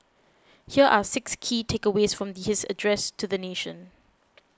here are six key takeaways from his address to the nation